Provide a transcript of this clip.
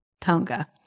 Tonga